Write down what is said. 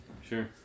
Sure